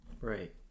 Right